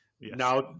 Now